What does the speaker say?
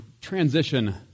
transition